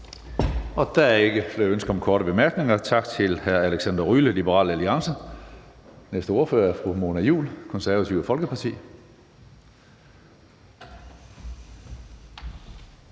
Der er ikke flere ønsker om korte bemærkninger. Tak til hr. Alexander Ryle, Liberal Alliance. Næste ordfører er fru Mona Juul, Det Konservative Folkeparti.